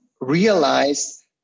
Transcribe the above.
realize